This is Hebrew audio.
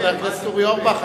חבר הכנסת אורי אורבך,